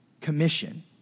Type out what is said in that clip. commission